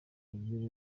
kagere